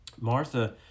Martha